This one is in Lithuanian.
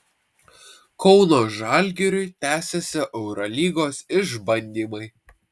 kauno žalgiriui tęsiasi eurolygos išbandymai